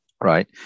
right